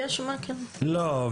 לא,